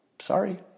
Sorry